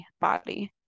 body